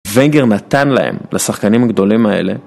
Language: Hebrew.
ונגר נתן להם, לשחקנים הגדולים האלה